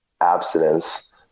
abstinence